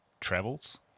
travels